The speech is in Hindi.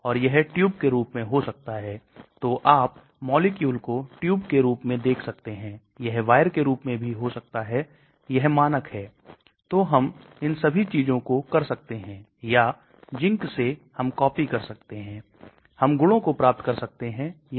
ठोस पदार्थों को गीला करने में सुधार का मतलब है हम कुछ सर्फेक्टेंट के साथ लवण के साथ तैयार कर सकते हैं यह सभी चीजें जो हम कर सकते हैं ठोस को गीला करने में मदद करेंगे